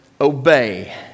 obey